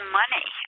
money